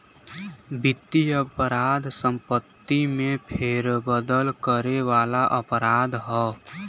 वित्तीय अपराध संपत्ति में फेरबदल करे वाला अपराध हौ